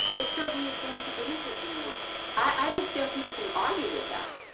it certainly is going to benefit you more i don't see how people could argue with that.